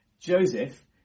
Joseph